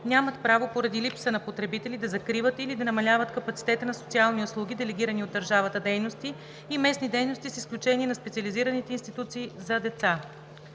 нямат право поради липса на потребители да закриват или да намаляват капацитета на социални услуги, делегирани от държавата дейности и местни дейности, с изключение на специализираните институции за деца.“